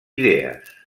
idees